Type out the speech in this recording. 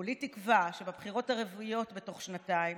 כולי תקווה שבבחירות הרביעיות בתוך שנתיים